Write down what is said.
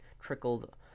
trickled